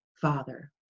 father